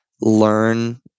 Learn